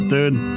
Dude